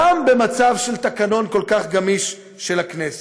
גם במצב של תקנון כל כך גמיש של הכנסת.